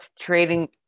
trading